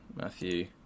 Matthew